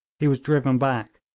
he was driven back,